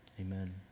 Amen